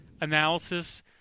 analysis